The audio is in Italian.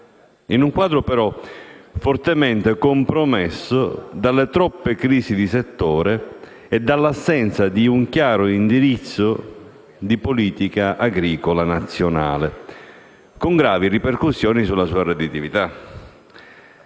in un quadro però fortemente compromesso dalle troppe crisi di settore e dall'assenza di un chiaro indirizzo di politica agricola nazionale, con gravi ripercussioni sulla sua redditività.